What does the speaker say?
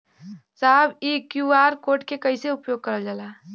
साहब इ QR code के कइसे उपयोग करल जाला?